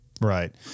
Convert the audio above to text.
Right